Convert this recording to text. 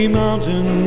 mountain